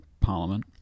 parliament